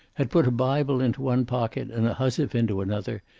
had put a bible into one pocket and a housewife into another,